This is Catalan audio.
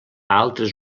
altres